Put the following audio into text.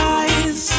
eyes